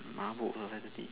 mabuk ah five thirty